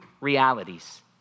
realities